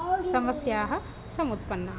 समस्याः समुत्पन्नाः